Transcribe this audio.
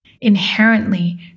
inherently